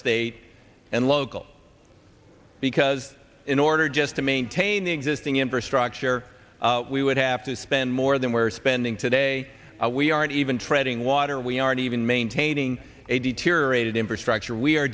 state and local because in order just to maintain the existing infrastructure we would have to spend more than we're spending today we aren't even treading water we aren't even maintaining a deteriorated infrastructure we are